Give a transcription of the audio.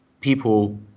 people